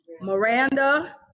Miranda